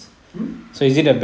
hmm